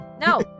No